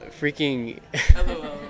freaking